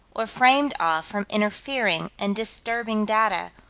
or framed off from interfering and disturbing data,